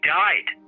died